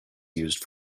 used